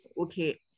Okay